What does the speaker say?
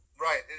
Right